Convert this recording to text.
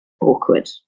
awkward